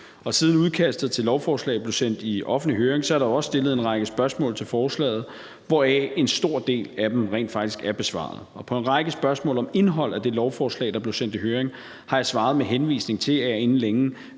Og siden udkastet til lovforslaget blev sendt i offentlig høring, er der også stillet en række spørgsmål til forslaget, hvoraf en stor del rent faktisk er besvaret. På en række spørgsmål om indholdet af det lovforslag, der blev sendt i høring, har jeg svaret med henvisning til, at jeg inden længe